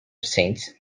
saints